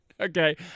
Okay